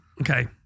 Okay